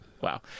Wow